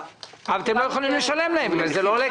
אבל אתם לא יכולים לשלם להם אז זה לא עולה כסף.